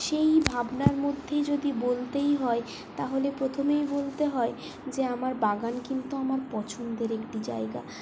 সেই ভাবনার মধ্যে যদি বলতেই হয় তাহলে প্রথমেই বলতে হয় যে আমার বাগান কিন্তু আমার পছন্দের একটি জায়গা